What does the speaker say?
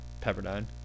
Pepperdine